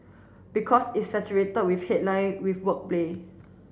because it's saturated with headline with wordplay